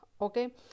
okay